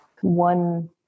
one